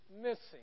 missing